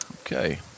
Okay